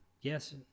yes